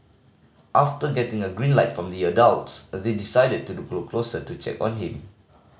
after getting a green light from the adults they decided to go closer to check on him